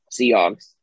Seahawks